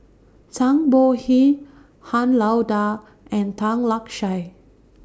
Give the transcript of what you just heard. Zhang Bohe Han Lao DA and Tan Lark Sye